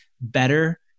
better